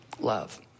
Love